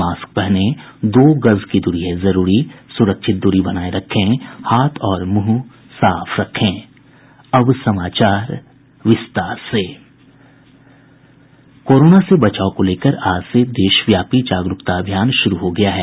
mask पहनें दो गज दूरी है जरूरी सुरक्षित दूरी बनाये रखें हाथ और मुंह साफ रखें कोरोना से बचाव को लेकर आज से देशव्यापी जागरूकता अभियान शुरू हो गया है